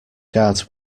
guards